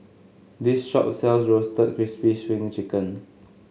this shop sells Roasted Crispy Spring Chicken